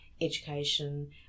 education